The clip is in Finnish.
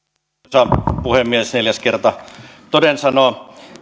arvoisa puhemies neljäs kerta toden sanoo